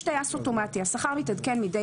יש "טייס אוטומטי" והשכר מתעדכן מדי